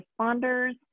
responders